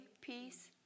peace